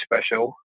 special